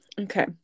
Okay